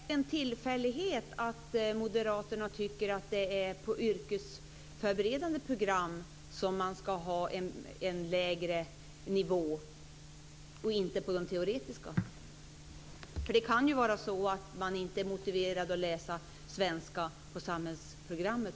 Fru talman! Är det en tillfällighet att moderaterna tycker att det är på yrkesförberedande program som det ska vara en lägre nivå, och inte på de teoretiska? Det kan ju vara så att man inte är motiverad att läsa svenska även på samhällsprogrammet.